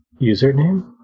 username